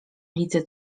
ulicy